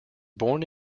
born